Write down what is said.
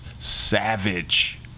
savage